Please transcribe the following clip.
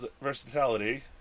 versatility